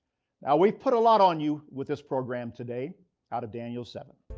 now we've put a lot on you with this program today out of daniel seven.